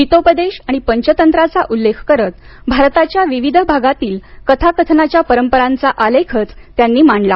हितोपदेश आणि पंचतंत्राचा उल्लेख करत भारताच्या विविध भागातील कथाकथनाच्या परंपरांचा आलेखच त्यांनी मांडला